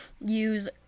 Use